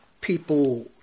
people